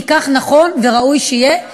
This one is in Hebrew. כי כך נכון וראוי שיהיה.